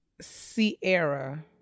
Sierra